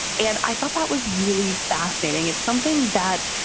and i thought that was really fascinating. it's something that,